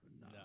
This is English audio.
No